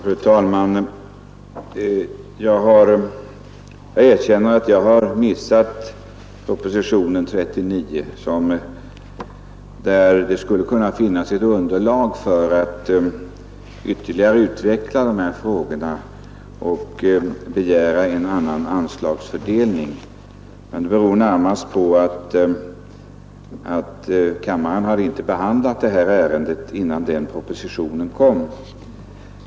Fru talman! Jag erkänner att jag missat att motionera vid propositionen 39. Detta skulle kunna ha gett underlag för en ytterligare utveckling av dessa frågor och för en annan anslagsfördelning. Anledning nisk utveckling nisk utveckling en härtill är att utskottet hade behandlat detta ärende innan propositionen kom.